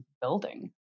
Building